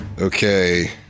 Okay